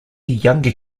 younger